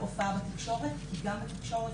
להופעה בתקשורת כי גם בתקשורת,